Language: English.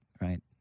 right